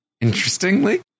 interestingly